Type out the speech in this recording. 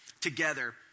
together